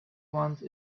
ones